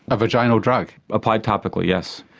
a vaginal drug? applied topically yes.